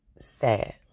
sad